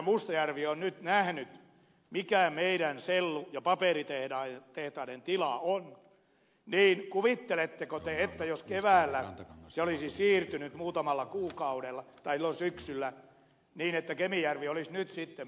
mustajärvi on nyt nähnyt mikä meidän sellu ja paperitehtaittemme tila on kuvitteletteko te että jos keväällä tai silloin syksyllä se olisi siirtynyt muutamalla kuukaudella niin kemijärvi olisi nyt sitten pelastunut